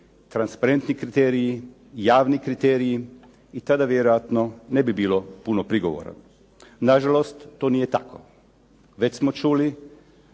transparentni kriteriji, javni kriteriji i tada vjerojatno ne bi bilo puno prigovora. Na žalost to nije tako. Već smo čuli